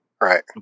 Right